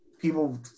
people